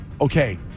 Okay